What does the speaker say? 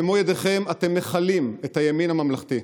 במו ידיכם אתם מכלים את הימין הממלכתי.